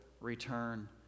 return